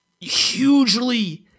hugely